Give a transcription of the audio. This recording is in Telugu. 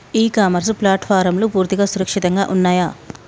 ఇ కామర్స్ ప్లాట్ఫారమ్లు పూర్తిగా సురక్షితంగా ఉన్నయా?